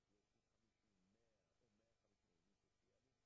11 ביולי 2017,